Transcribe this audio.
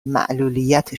معلولیت